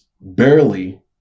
barely